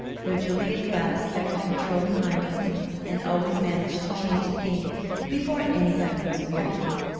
though julia cloud kept a controlling mind on things, and always managed to change the game before anybody was weary of it.